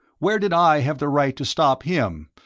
where did i have the right to stop him,